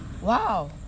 wow